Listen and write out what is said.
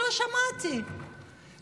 לא שמעתי,